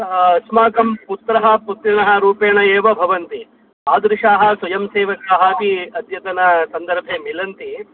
अस्माकं पुत्रः पुत्रिणः रूपेण एव भवन्ति तादृशाः स्वयंसेवकाः अपि अद्यतनसन्दर्भे मिलन्ति